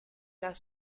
las